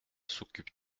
s’occupe